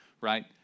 right